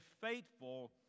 faithful